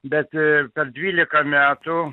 bet ir per dvylika metų